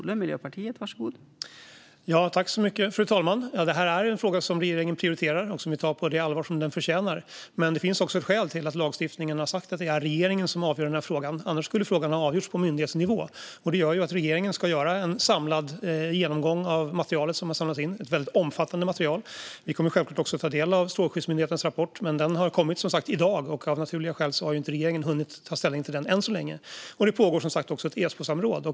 Fru talman! Det här är en fråga som regeringen prioriterar och tar på det allvar som den förtjänar. Men det finns ett skäl till att lagstiftningen har sagt att det är regeringen som avgör den här frågan. Annars skulle frågan ha avgjorts på myndighetsnivå. Detta gör att regeringen ska göra en samlad genomgång av det material som samlats in - ett väldigt omfattande material. Vi kommer självklart att ta del av Strålskyddsmyndighetens rapport. Men den kom som sagt i dag, så regeringen har av naturliga skäl inte hunnit ta ställning till den än. Det pågår som sagt också ett Esbosamråd.